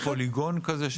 זה מין פוליגון כזה.